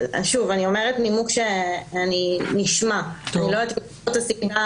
אומרת נימוק שנשמע ואני לא יודעת את התשובה